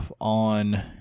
on